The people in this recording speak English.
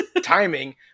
timing